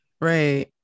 right